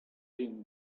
rim